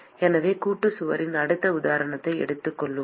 எனவே கூட்டுச் சுவரின் அடுத்த உதாரணத்தை எடுத்துக் கொள்வோம்